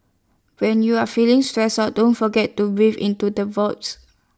when you are feeling stressed out don't forget to breathe into the voids